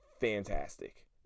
fantastic